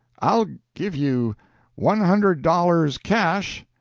i'll give you one hundred dollars cash,